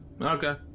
Okay